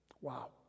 Wow